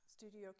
studio